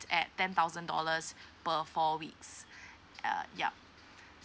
at ten thousand dollars per for weeks uh yup